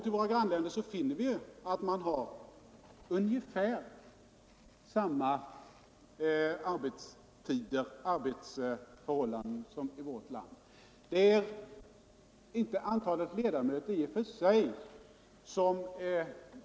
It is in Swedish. Och i våra grannländer finner vi ungefär samma arbetsförhållanden som dem som råder i vårt land.